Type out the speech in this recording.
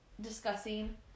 discussing